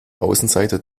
außenseiter